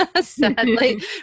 Sadly